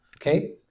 okay